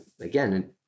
again